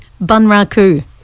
bunraku